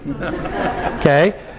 Okay